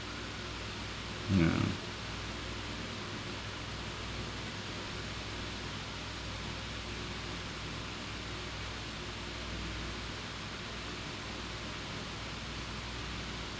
yeah